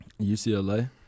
UCLA